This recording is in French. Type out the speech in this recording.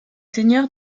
seigneurs